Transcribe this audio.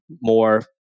more